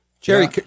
Jerry